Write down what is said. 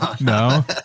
no